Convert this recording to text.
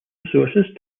resources